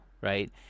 right